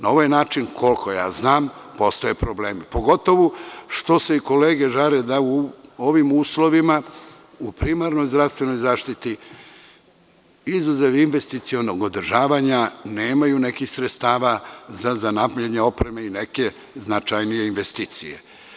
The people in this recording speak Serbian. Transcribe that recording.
Na ovaj način, koliko ja znam, postoje problemi, pogotovo što se i kolege žale da u ovim uslovima, u primarnoj zdravstvenoj zaštiti, izuzev investicionog održavanja, nemaju nekih sredstava za obnavljanje opreme i neke značajnije investicije.